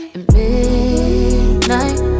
midnight